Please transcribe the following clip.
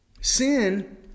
Sin